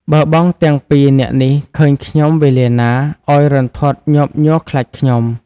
បើបងទាំងពីរនាក់នេះឃើញខ្ញុំវេលាណា ឱ្យរន្ធត់ញាប់ញ័រខ្លាចខ្ញុំ"។